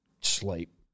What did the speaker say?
sleep